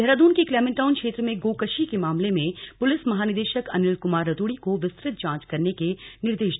देहरादून के क्लेमेन्टाउन क्षेत्र में गोकशी के मामले में पुलिस महानिदेशक अनिल कुमार रतूड़ी को विस्तृत जाँच करने के निर्दे